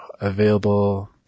available